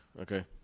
okay